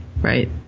Right